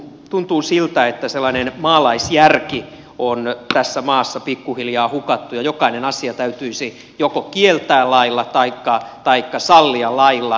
tuntuu siltä että sellainen maalaisjärki on tässä maassa pikkuhiljaa hukattu ja jokainen asia täytyisi joko kieltää lailla taikka sallia lailla